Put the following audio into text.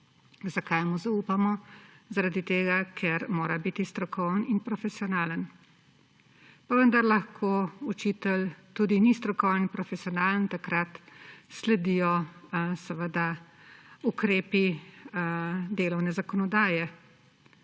Zakaj mu zaupamo? Zaradi tega, ker mora biti strokoven in profesionalen. Vendar lahko učitelj tudi ni strokoven in profesionalen, takrat sledijo ukrepi delovne zakonodaje.